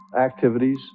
activities